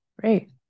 Great